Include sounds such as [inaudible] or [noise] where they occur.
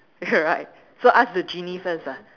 [laughs] right so ask the genie first ah